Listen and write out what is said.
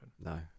No